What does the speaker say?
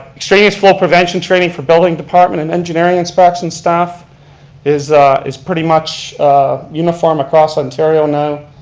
extraneous flow prevention training for building department and engineering inspection staff is is pretty much uniform across ontario now.